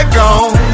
gone